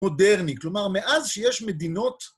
מודרני, כלומר, מאז שיש מדינות...